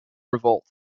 revolt